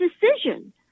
decision